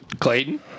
Clayton